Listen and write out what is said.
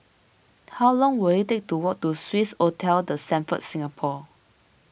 how long will it take to walk to Swissotel the Stamford Singapore